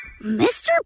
Mr